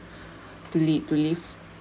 to lead to live